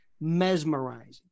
mesmerizing